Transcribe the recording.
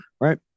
Right